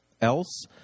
Else